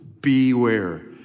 beware